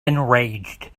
enraged